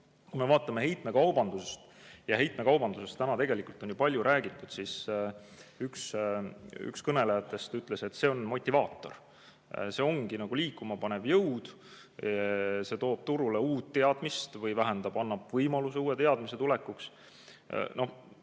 Kui me vaatame heitmekaubandust, ja heitmekaubandusest täna tegelikult on ju palju räägitud, siis üks kõnelejatest ütles, et see on motivaator. See ongi nagu liikuma panev jõud. See toob turule uut teadmist või vähemalt annab võimaluse uue teadmise tulekuks.